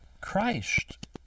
Christ